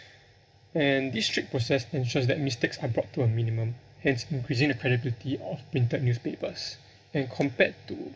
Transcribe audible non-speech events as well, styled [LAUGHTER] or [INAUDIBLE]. and this strict process ensures that mistakes are brought to a minimum hence increasing the credibility of printed [BREATH] newspapers and compared to